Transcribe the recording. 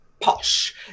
posh